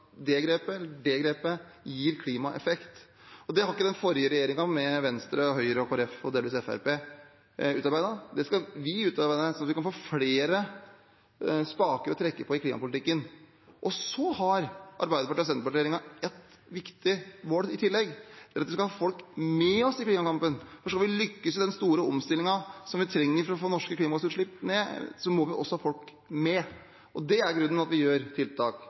det eller det grepet gir klimaeffekt. Det har ikke den forrige regjeringen, med Venstre, Høyre, Kristelig Folkeparti og delvis Fremskrittspartiet, utarbeidet. Det skal vi utarbeide, så vi kan få flere spaker å trekke i i klimapolitikken. Arbeiderparti-Senterparti-regjeringen har et viktig mål i tillegg. Det er at vi skal ha folk med oss i klimakampen. Skal vi lykkes i den store omstillingen vi trenger for å få norske klimagassutslipp ned, må vi også ha folk med. Det er grunnen til at vi gjør tiltak